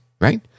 right